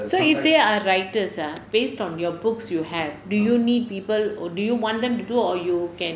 so if they are writers ah based on your books you have do you need people or do you want them to do or you can